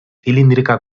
cilíndrica